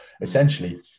essentially